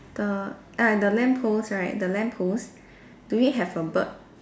the ah the lamppost right the lamppost do you have a bird